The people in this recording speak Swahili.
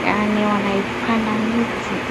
yaani wanaipanda mti.